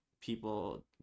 people